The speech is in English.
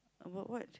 about what